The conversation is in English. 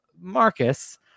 Marcus